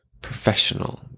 professional